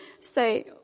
say